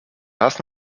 raz